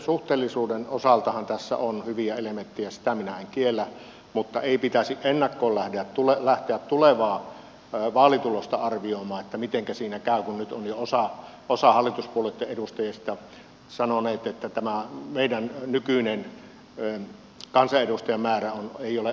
suhteellisuuden osaltahan tässä on hyviä elementtejä sitä minä en kiellä mutta ei pitäisi ennakkoon lähteä tulevaa vaalitulosta arvioimaan mitenkä siinä käy kun nyt on jo osa hallituspuolueitten edustajista sanonut että tämä meidän nykyinen kansanedustajamäärä ei ole oikeutettu